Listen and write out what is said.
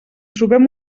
trobem